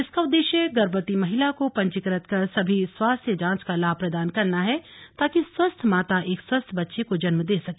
इसका उद्देश्य गर्भवती महिला को पंजीकृत कर सभी स्वास्थ्य जांच का लाभ प्रदान करना है ताकि स्वस्थ माता एक स्वस्थ बच्चे को जन्म दे सके